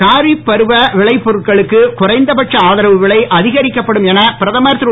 காரிஃப் பருவ விலை பொருட்களுக்கு குறைந்தபட்ச ஆதரவு விலை அதிகரிக்கப்படும் என பிரதமர் திரு